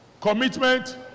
Commitment